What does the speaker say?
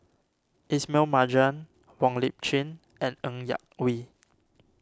Ismail Marjan Wong Lip Chin and Ng Yak Whee